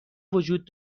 وجود